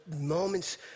moments